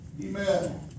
Amen